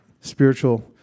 spiritual